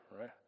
right